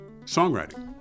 songwriting